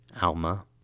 Alma